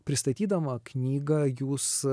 pristatydama knygą jūs